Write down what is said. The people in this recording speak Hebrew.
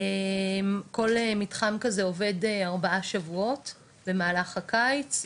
כל מתחם כזה עובד ארבעה שבועות במהלך הקיץ,